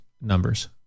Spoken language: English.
numbers